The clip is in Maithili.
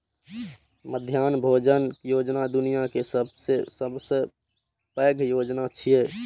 मध्याह्न भोजन योजना दुनिया के सबसं पैघ योजना छियै